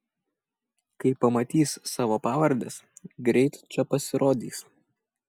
kai pamatys savo pavardes greit čia pasirodys